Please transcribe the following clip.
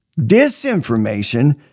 Disinformation